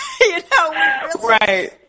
Right